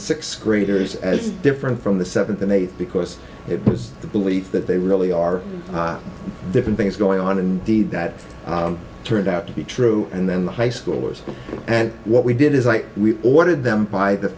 sixth graders as different from the seventh and eighth because it was the belief that they really are different things going on indeed that turned out to be true and then the high schoolers and what we did is i we ordered them by the